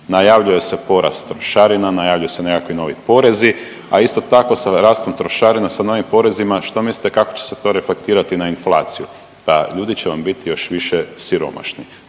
Najavljuje se porast trošarina, najavljuju se nekakvi novi porezi, a isto tako sa rastom trošarina, sa novim porezima što mislite kako će se to reflektirati na inflaciju? Pa ljudi će vam biti još više siromašni.